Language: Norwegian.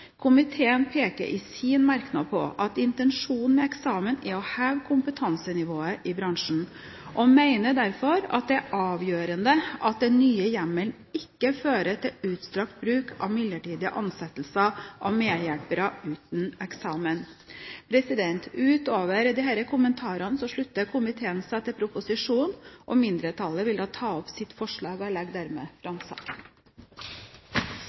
Komiteen peker i sin merknad på at intensjonen med eksamen er å heve kompetansenivået i bransjen, og mener derfor det er avgjørende at den nye hjemmelen ikke fører til utstrakt bruk av midlertidige ansettelser av medhjelpere uten eksamen. Utover disse kommentarene slutter komiteen seg til proposisjonen. Mindretallet vil ta opp sitt forslag. Jeg legger hermed fram saken.